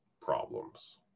problems